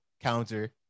counter